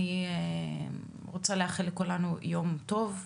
אני רוצה לאחל לכולנו יום טוב,